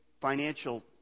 financial